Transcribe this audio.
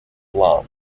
blanc